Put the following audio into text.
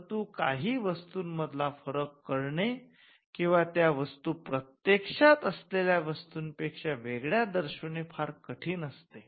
परंतु काही वस्तूंमधला फरक करणे किंवा त्या वस्तू प्रत्यक्षात असलेल्या वस्तूंपेक्षा वेगळ्या दर्शविणे फार कठीण असते